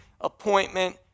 appointment